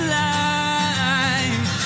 life